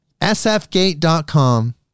SFgate.com